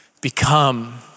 become